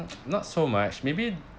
not so much maybe